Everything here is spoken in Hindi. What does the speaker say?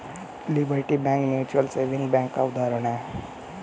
liberty bank mutual saving bank का उदाहरण है